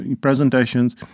presentations